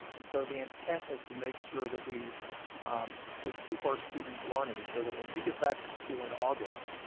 and so the intent is to make sure that we um we keep our students learning so that when we get back to school in august,